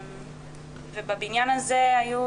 ובבניין הזה היו